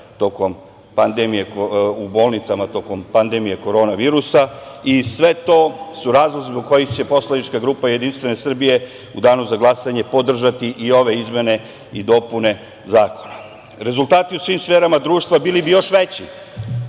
tokom pandemije korona virusa. Sve to su razlozi zbog kojih će poslanička grupa Jedinstvene Srbije u danu za glasanje podržati i ove izmene i dopune zakona. Rezultati u svim sferama društva bili bi još veći